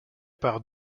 par